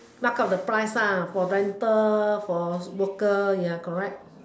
pluck out the price for rental for worker ya correct